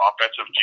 offensive